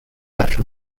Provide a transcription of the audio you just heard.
after